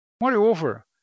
Moreover